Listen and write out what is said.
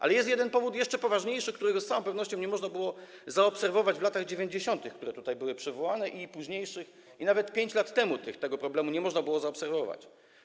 Ale jest jeszcze poważniejszy powód, którego z całą pewnością nie można było zaobserwować w latach 90., które tutaj były przywołane, i późniejszych, nawet 5 lat temu tego problemu nie można było zaobserwować.